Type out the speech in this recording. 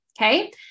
Okay